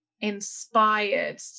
Inspired